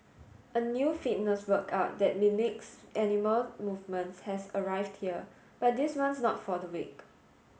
a new fitness workout that mimics animal movements has arrived here but this one's not for the weak